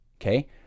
okay